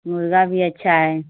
मुर्गा भी अच्छा है